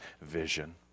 vision